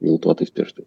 miltuotais pirštais